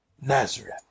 Nazareth